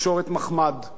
להשתעשע בהם.